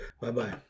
Bye-bye